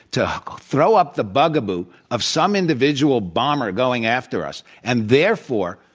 to throw up the bugaboo of some individual bomber going after us, and therefore,